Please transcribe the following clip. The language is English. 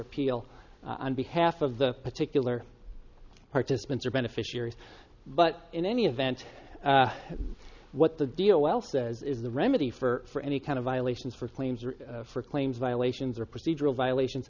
appeal on behalf of the particular participants or beneficiaries but in any event what the deal well says is the remedy for any kind of violations for claims or for claims violations or procedural violations